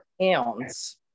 pounds